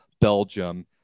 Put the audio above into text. belgium